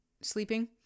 sleeping